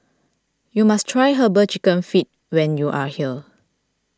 you must try Herbal Chicken Feet when you are here